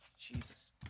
Jesus